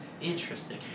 Interesting